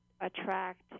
attract